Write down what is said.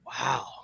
Wow